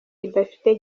idafite